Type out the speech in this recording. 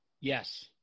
Yes